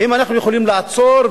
האם אנחנו יכולים לעצור,